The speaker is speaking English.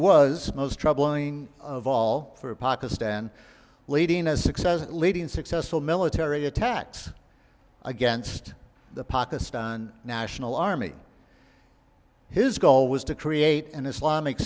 was most troubling of all for pakistan leading a success at leading successful military attacks against the pakistan national army his goal was to create an islamic